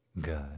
good